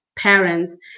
parents